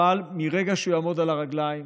אבל מרגע שיעמוד על הרגליים,